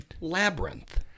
Labyrinth